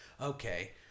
okay